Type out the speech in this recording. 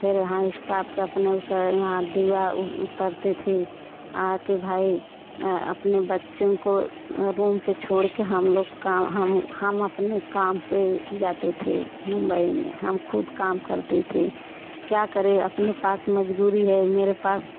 फिर यहाँ स्टाफ पे अपने यहाँ दीवा उतरते थे आ के भाई अपने बच्चों को रूम पे छोड़ के हम लोग काम हम हम अपने काम पे जाते थे मुंबई में हम खुद काम करते थे क्या करें अपने पास मजबूरी है मेरे पास